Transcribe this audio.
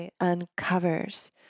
uncovers